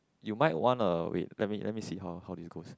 you might wanna wait let me let me see how how did it goes